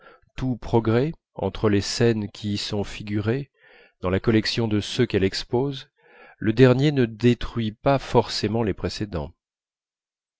tout progrès entre les scènes qui y sont figurées dans la collection de ceux qu'elle expose le dernier ne détruit pas forcément les précédents